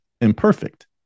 imperfect